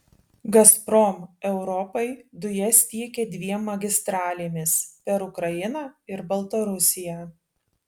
gazprom europai dujas tiekia dviem magistralėmis per ukrainą ir baltarusiją